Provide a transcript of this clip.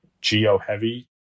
geo-heavy